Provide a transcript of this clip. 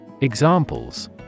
Examples